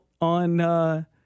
on